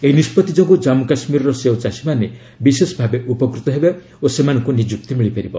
ଏହି ନିଷ୍ପଭି ଯୋଗୁଁ ଜାମ୍ଗୁ କାଶ୍ମୀରର ସେଓ ଚାଷୀମାନେ ବିଶେଷ ଭାବେ ଉପକୃତ ହେବେ ଓ ସେମାନଙ୍କୁ ନିଯୁକ୍ତି ମିଳିପାରିବ